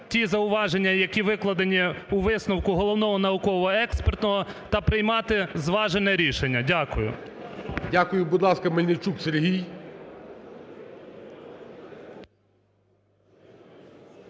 ті зауваження, які викладені у висновку Головного науково-експертного та приймати зважене рішення. Дякую. ГОЛОВУЮЧИЙ. Дякую. Будь ласка, Мельничук Сергій.